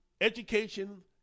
Education